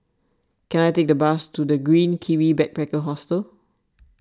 can I take a bus to the Green Kiwi Backpacker Hostel